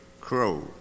crow